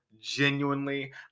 genuinely